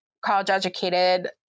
college-educated